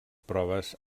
proves